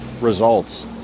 results